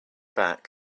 back